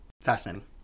Fascinating